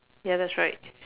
ya that's right